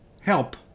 help